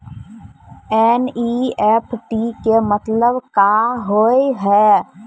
NEFT के मतलब का होव हेय?